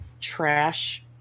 trash